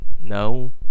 No